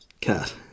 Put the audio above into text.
cat